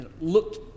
looked